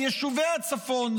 ביישובי הצפון,